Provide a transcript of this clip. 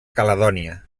caledònia